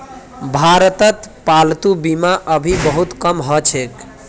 भारतत पालतू बीमा अभी बहुत कम ह छेक